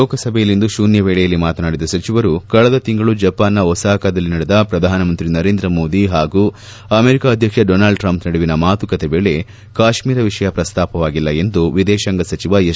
ಲೋಕಸಭೆಯಲ್ಲಿಂದು ಶೂನ್ವವೇಳೆಯಲ್ಲಿ ಮಾತನಾಡಿದ ಸಚಿವರು ಕಳೆದ ತಿಂಗಳು ಜಪಾನ್ನ ಒಸಾಕದಲ್ಲಿ ನಡೆದ ಪ್ರಧಾನಮಂತ್ರಿ ನರೇಂದ್ರ ಮೋದಿ ಹಾಗೂ ಅಮೆರಿಕ ಅಧ್ಯಕ್ಷ ಡೋನಾಲ್ಡ್ ಟ್ರಂಪ್ ನಡುವಿನ ಮಾತುಕತೆ ವೇಳೆ ಕಾಶ್ಮೀರ ವಿಷಯ ಪ್ರಸ್ತಾಪವಾಗಿಲ್ಲ ಎಂದು ವಿದೇಶಾಂಗ ಸಚಿವ ಎಸ್